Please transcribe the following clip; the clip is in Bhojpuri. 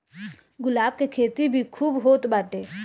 गुलाब के खेती भी खूब होत बाटे